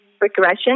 regression